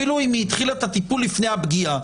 אפילו אם היא התחילה את הטיפול לפני הפגיעה,